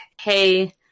hey